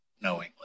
knowingly